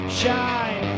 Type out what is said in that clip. shine